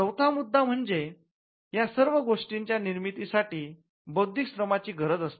चौथा मुद्दा म्हणजे या सर्व गोष्टींच्या निर्मिती साठी बौद्धिक श्रमांची गरज असते